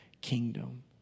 kingdom